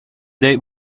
date